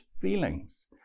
feelings